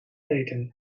eten